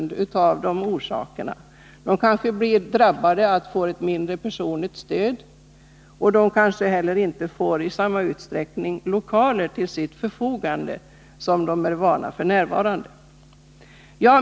De kanske drabbas av att få mindre personligt stöd, och kanske får de inte heller lokaler till sitt förfogande i samma utsträckning som de är vana vid En; Fru talman!